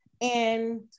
and-